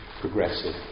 progressive